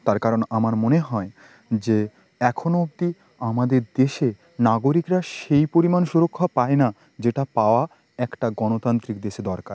তার কারণ আমার মনে হয় যে এখনো অব্দি আমাদের দেশে নাগরিকরা সেই পরিমাণ সুরক্ষা পায় না যেটা পাওয়া একটা গণতান্ত্রিক দেশে দরকার